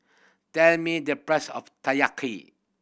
tell me the price of